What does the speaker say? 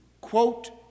quote